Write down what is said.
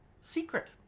secret